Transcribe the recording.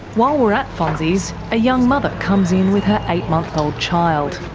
while we're at fonzies, a young mother comes in with her eight-month-old child.